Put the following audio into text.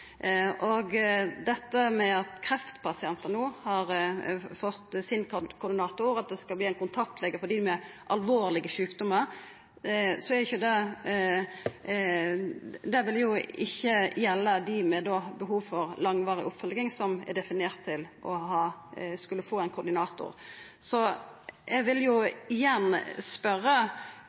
No har kreftpasientane fått sin koordinator, og det skal verta ein kontaktlege for dei med alvorlege sjukdommar, men dette vil ikkje gjelda dei med behov for langvarig oppfølging som er definerte til å få ein koordinator. Eg vil igjen